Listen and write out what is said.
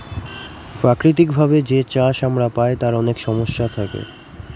প্রাকৃতিক ভাবে যে চাষ আমরা পায় তার অনেক সমস্যা থাকে